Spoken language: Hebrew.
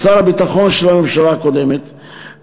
שר הביטחון של הממשלה הקודמת,